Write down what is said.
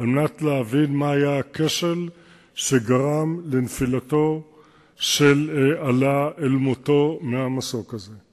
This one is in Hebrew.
על מנת להבין מה היה הכשל שגרם לנפילתו של עלא אל מותו מהמסוק הזה.